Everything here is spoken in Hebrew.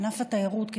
ענף התיירות וענף התעופה,